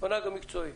שם